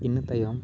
ᱤᱱᱟᱹ ᱛᱟᱭᱚᱢ